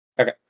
okay